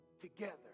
together